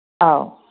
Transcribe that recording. ꯑꯥꯎ